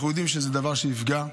אנחנו יודעים שזה דבר שיפגע,